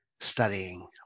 studying